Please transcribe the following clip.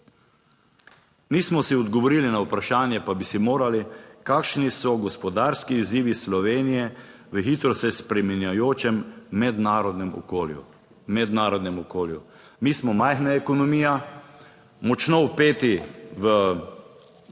Nismo si odgovorili na vprašanje, pa bi si morali, kakšni so gospodarski izzivi Slovenije v hitro se spreminjajočem mednarodnem okolju. Mi smo majhna ekonomija, močno vpeti v